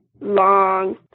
long